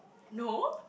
no